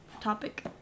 topic